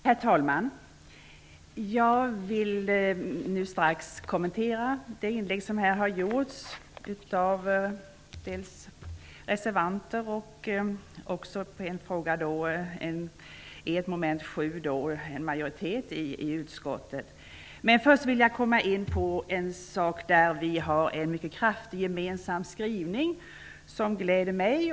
Herr talman! Jag skall strax kommentera det inlägg som här har gjorts dels av reservanter, dels av en majoritet i utskottet vad gäller mom. 7. Men först vill jag komma in på behovet av specialpedagoger för hörselhandikappade elever. Det har vi en mycket kraftig gemensam skrivning om, och det gläder mig.